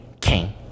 king